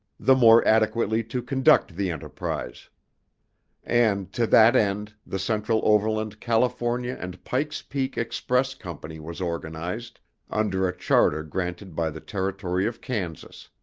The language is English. the more adequately to conduct the enterprise and to that end the central overland california and pike's peak express company was organized under a charter granted by the territory of kansas.